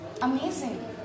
amazing